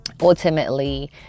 ultimately